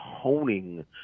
honing